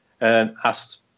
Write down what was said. asked